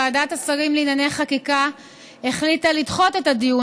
ועדת השרים לענייני חקיקה החליטה לדחות את הדיו,